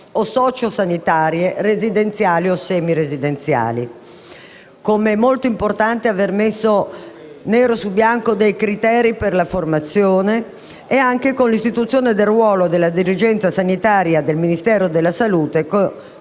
o sociosanitarie, residenziali o semiresidenziali. Come molto importante è aver messo nero su bianco i criteri per la formazione e anche con l'istituzione del ruolo della dirigenza sanitaria del Ministero della salute